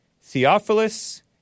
Theophilus